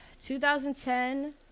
2010